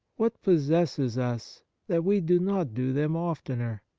what pos sesses us that we do not do them oftener?